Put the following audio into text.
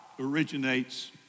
originates